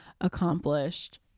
accomplished